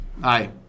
Hi